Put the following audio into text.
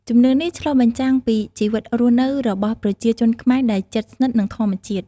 ជំនឿនេះឆ្លុះបញ្ចាំងពីជីវិតរស់នៅរបស់ប្រជាជនខ្មែរដែលជិតស្និទ្ធនឹងធម្មជាតិ។